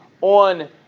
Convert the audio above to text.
on